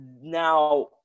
Now